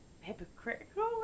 hypocritical